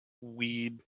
weed